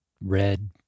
red